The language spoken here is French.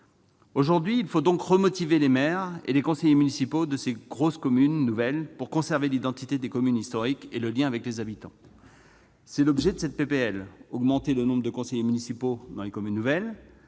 Aujourd'hui, il faut donc remotiver les maires et les conseillers municipaux de ces grosses communes nouvelles pour conserver l'identité des communes historiques et le lien avec les habitants. C'est l'objet de cette proposition de loi : augmenter le nombre de conseillers municipaux dans les communes nouvelles